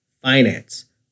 finance